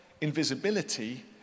invisibility